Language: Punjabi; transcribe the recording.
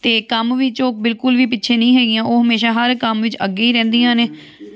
ਅਤੇ ਕੰਮ ਵੀ ਜੋ ਬਿਲਕੁਲ ਵੀ ਪਿੱਛੇ ਨਹੀਂ ਹੈਗੀਆਂ ਉਹ ਹਮੇਸ਼ਾਂ ਹਰ ਕੰਮ ਵਿੱਚ ਅੱਗੇ ਹੀ ਰਹਿੰਦੀਆਂ ਨੇ